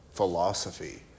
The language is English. philosophy